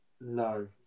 No